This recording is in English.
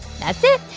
that's it.